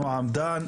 נעם דן.